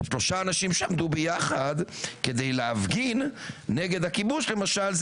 אבל שלושה אנשים שעמדו ביחד כדי להפגין נגד הכיבוש למשל,